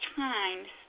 times